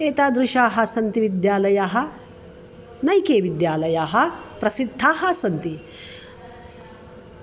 एतादृशाः सन्ति विद्यालयाः नैके विद्यालयाः प्रसिद्धाः सन्ति